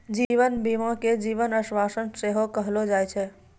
जीवन बीमा के जीवन आश्वासन सेहो कहलो जाय छै